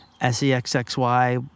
S-E-X-X-Y